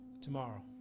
Tomorrow